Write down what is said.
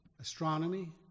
astronomy